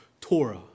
Torah